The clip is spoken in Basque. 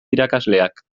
irakasleak